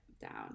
down